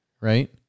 right